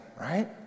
right